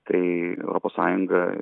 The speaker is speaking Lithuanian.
tai europos sąjunga